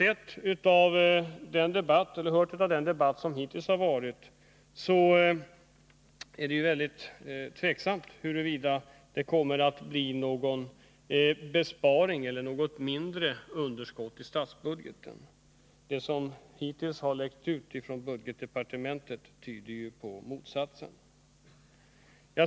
Efter vad vi har hört i den debatt som hittills har förts, är det mycket tveksamt huruvida det kommer att bli någon minskning av underskottet i statsbudgeten. Det som hittills har läckt ut från budgetdepartementet tyder på motsatsen.